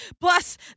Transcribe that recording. plus